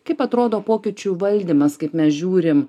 kaip atrodo pokyčių valdymas kaip mes žiūrim